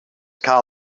call